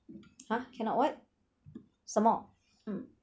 !huh! cannot what some more mm